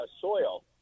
soil